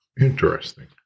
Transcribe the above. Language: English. Interesting